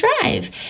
drive